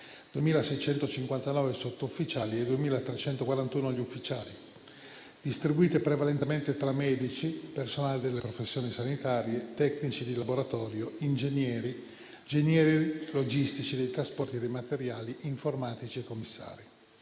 2.659 ai sottoufficiali, 2.341 agli ufficiali, distribuite prevalentemente tra medici, personale delle professioni sanitarie, tecnici di laboratorio, ingegneri, genieri logistici dei trasporti e dei materiali, informatici e commissari.